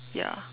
ya